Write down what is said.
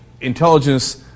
intelligence